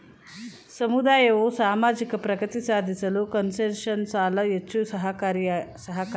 ಸಮುದಾಯವು ಸಾಮಾಜಿಕ ಪ್ರಗತಿ ಸಾಧಿಸಲು ಕನ್ಸೆಷನಲ್ ಸಾಲ ಹೆಚ್ಚು ಸಹಾಯಕಾರಿ